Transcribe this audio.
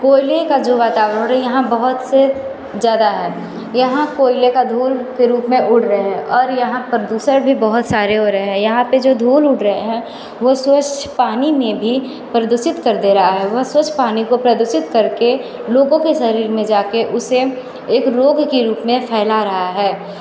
कोयले का जो वातावरण यहाँ बहुत से ज़्यादा है यहाँ कोयले की धूल के रूप में उड़ रहे हैं और यहाँ प्रदूसण भी बहुत सारा हो रहे हैं यहाँ पर जो धूल उड़ रही है वो स्वच्छ पानी में भी प्रदूषित कर दे रही है वह स्वच्छ पानी को प्रदूषित कर के लोगों के शरीर में जा कर उसे एक रोग के रूप में फैला रही है